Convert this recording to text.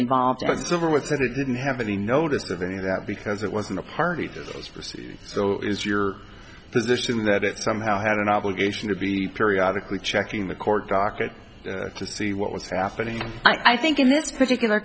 involved it's over with so they didn't have any notice of any of that because it was in the party so is your position that it somehow had an obligation to be periodically checking the court docket to see what was happening and i think in this particular